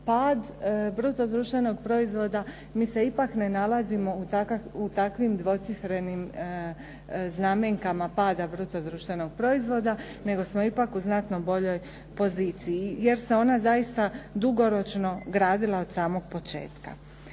pad bruto društvenog proizvoda. Mi se ipak ne nalazimo u takvim dvocifrenim znamenkama pada bruto društvenog proizvoda, nego smo ipak u znatno boljoj poziciji jer se ona zaista dugoročno gradila od samog početka.